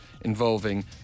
involving